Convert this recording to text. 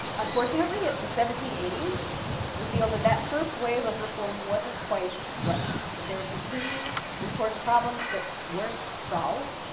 unfortunately, the seventeen eighty s revealed that that first wave of reform wasn't quite right, that there were some pretty important problems that weren't solved,